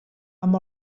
amb